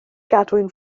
gadwyn